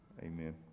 Amen